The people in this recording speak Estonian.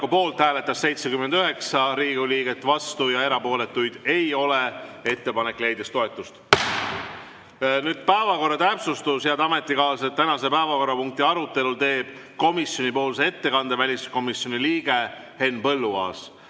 poolt hääletas 79 Riigikogu liiget, vastuolijaid ega erapooletuid ei ole. Ettepanek leidis toetust. Nüüd päevakorra täpsustus, head ametikaaslased. Tänase päevakorrapunkti arutelul teeb komisjoni nimel ettekande väliskomisjoni liige Henn Põlluaas.